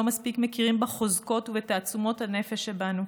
מספיק מכירים בחוזקות ובתעצומות הנפש שבנו,